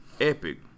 EPIC